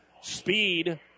Speed